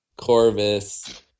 Corvus